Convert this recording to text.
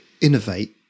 innovate